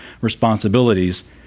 responsibilities